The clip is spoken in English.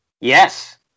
Yes